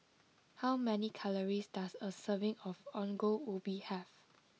how many calories does a serving of Ongol Ubi have